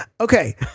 Okay